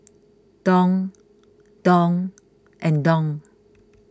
Dong Dong and Dong